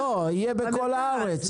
לא, יהיה בכל הארץ.